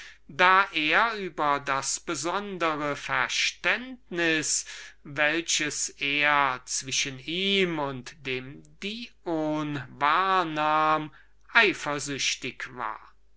da er über das besondere verständnis welches er zwischen ihm und dem dion wahrnahm eifersüchtig war